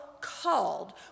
called